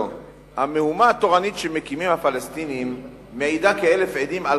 המהומה התורנית שמקימים הפלסטינים מעידה כאלף עדים על